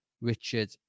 Richard